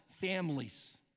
families